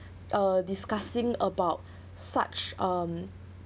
uh discussing about such um